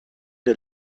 der